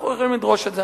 אנחנו יכולים לדרוש את זה.